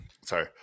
Sorry